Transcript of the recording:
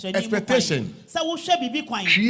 expectation